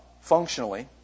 functionally